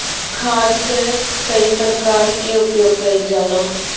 खाद कअ कई प्रकार से उपयोग कइल जाला